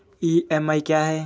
EMI क्या है?